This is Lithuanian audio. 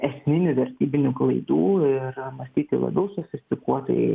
esminių vertybinių klaidų ir mąstyti labiau sofistikuotai